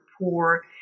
poor